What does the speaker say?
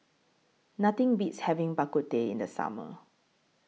Nothing Beats having Bak Kut Teh in The Summer